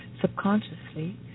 subconsciously